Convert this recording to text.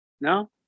No